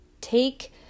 take